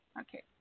Okay